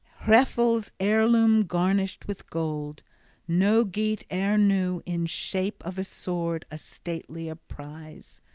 hrethel's heirloom garnished with gold no geat e'er knew in shape of a sword a statelier prize.